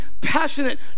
passionate